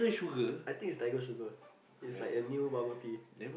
I think is Tiger Sugar is like a new bubble tea